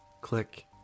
Click